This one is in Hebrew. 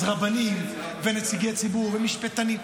אז רבנים ונציגי ציבור ומשפטנים.